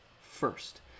first